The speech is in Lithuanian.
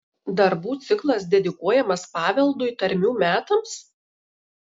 darbų ciklas dedikuojamas paveldui tarmių metams